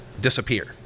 disappear